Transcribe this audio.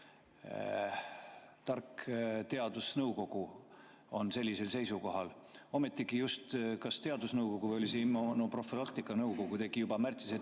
tark teadusnõukogu on sellisel seisukohal. Ometi just teadusnõukogu – või oli see immunoprofülaktika nõukogu – tegi juba märtsis